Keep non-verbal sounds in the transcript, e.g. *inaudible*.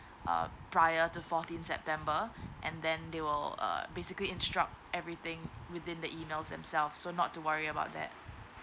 uh prior to fourteen september *breath* and then they will uh basically instruct everything within the email themselves so not to worry about that